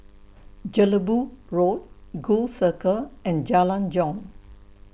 Jelebu Road Gul Circle and Jalan Jong